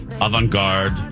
avant-garde